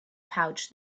pouch